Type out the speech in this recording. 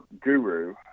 guru